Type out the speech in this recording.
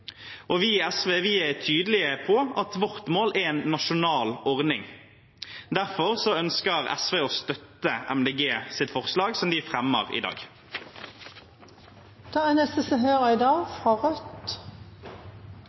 Vi i SV er tydelig på at vårt mål er en nasjonal ordning. Derfor ønsker SV å støtte MDGs forslag, som de fremmer i